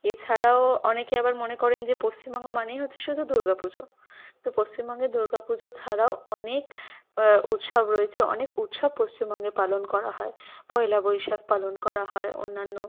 এছাড়াও অনেকে আবার মনে করেন যে পশ্চিমবঙ্গ মানেই হচ্ছে শুধু দুর্গা পুজো তো পশ্চিমবঙ্গে দুর্গা পুজো ছাড়াও অনেক উৎসব রয়েছে অনেক উৎসব পশ্চিমবঙ্গে পালন করা হয় পয়লা বৈশাখ পালন করা হয় অন্যান্য